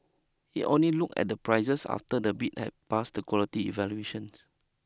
it only looked at the prices after the bid had passed the quality evaluations